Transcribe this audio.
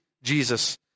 Jesus